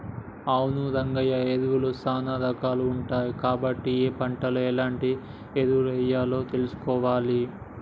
అవును రంగయ్య ఎరువులు సానా రాకాలు ఉంటాయి కాబట్టి ఏ పంటలో ఎలాంటి ఎరువులెయ్యాలో తెలుసుకోవాలి